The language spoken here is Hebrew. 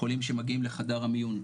חולים שמגיעים לחדר המיון,